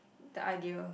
the idea